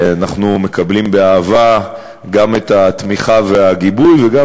אנחנו מקבלים באהבה גם את התמיכה והגיבוי וגם,